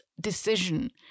decision